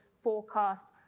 forecast